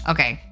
Okay